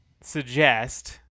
suggest